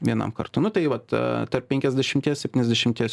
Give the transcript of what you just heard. vienam kartui nu tai vat tarp penkiasdešimties septyniasdešimties